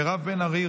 מירב בן ארי,